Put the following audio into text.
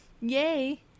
yay